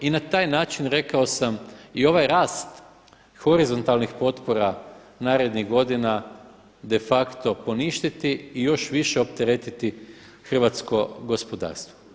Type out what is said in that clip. I na taj način rekao sam i ovaj rast horizontalnih potpora narednih godina de facto poništiti i još više opteretiti hrvatsko gospodarstvo.